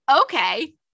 okay